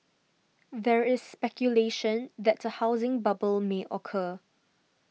there is speculation that a housing bubble may occur